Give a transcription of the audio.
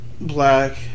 black